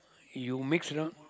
you mix around